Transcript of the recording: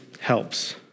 helps